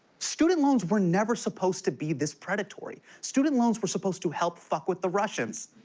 student loans were never supposed to be this predatory. student loans were supposed to help fuck with the russians.